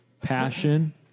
passion